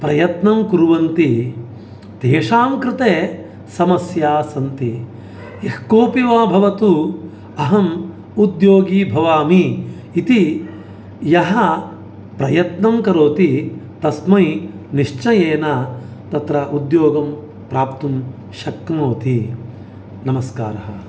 प्रयत्नं कुर्वन्ति तेषां कृते समस्यास्सन्ति यः कोपि वा भवतु अहम् उद्योगी भवामि इति यः प्रयत्नं करोति तस्मै निश्चयेन तत्र उद्योगं प्राप्तुं शक्नोति नमस्काराः